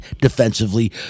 defensively